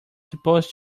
supposed